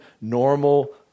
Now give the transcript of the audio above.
normal